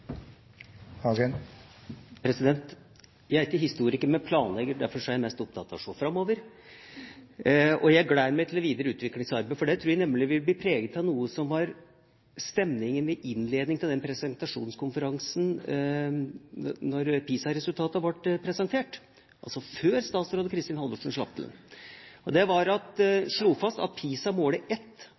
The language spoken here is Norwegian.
Hagen har hatt ordet to ganger i debatten og får ordet til en kort merknad, begrenset til 1 minutt. Jeg er ikke historiker, men planlegger. Derfor er jeg mest opptatt av å se framover. Jeg gleder meg til det videre utviklingsarbeidet, for det tror jeg nemlig vil bli preget av noe som var stemningen i innledningen til presentasjonskonferansen da PISA-resultatene ble presentert, altså før statsråd Kristin Halvorsen slapp til. Der ble det slått fast at